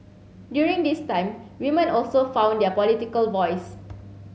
during this time women also found their political voice